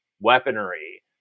weaponry